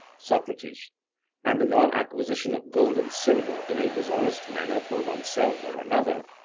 socrates and the non-acquisition of gold and silver in a dishonest manner for oneself or another,